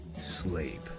sleep